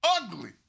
ugly